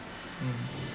mm